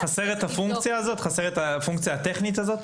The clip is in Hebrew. חסר את הפונקציה הטכנית הזאת?